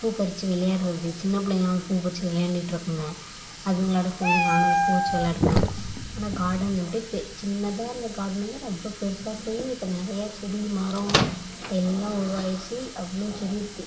பூ பறித்து விளையாடுறது சின்னப் பிள்ளைங்கள்லாம் பூ பறித்து விளையாண்ட்டுருக்குங்க அதுங்களோடு சேர்ந்து நானும் அந்த பூ வெச்சு விளையாடுவேன் ஆனால் கார்டன் அப்படி சின்னதாக இருந்த கார்டனுங்க ரொம்ப பெருசாக போய் இப்போ நிறைய செடி மரம் எல்லாம் உருவாகிருச்சி அவ்வளோ செடி இருக்குது